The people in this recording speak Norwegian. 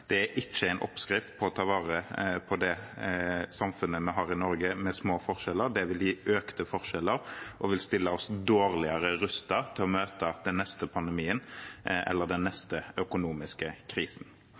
Det er ikke en oppskrift for å ta vare på det samfunnet vi har i Norge, med små forskjeller. Det vil gi økte forskjeller og vil stille oss dårligere rustet til å møte den neste pandemien eller den